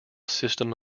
system